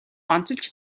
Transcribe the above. онцолж